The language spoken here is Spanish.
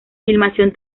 filmación